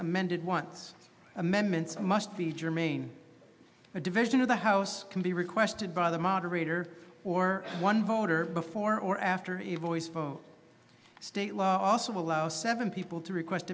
amended once amendments must be germane a division of the house can be requested by the moderator or one voter before or after eve always vote state law also allows seven people to request